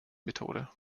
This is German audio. methode